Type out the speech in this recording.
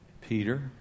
Peter